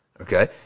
Okay